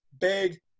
big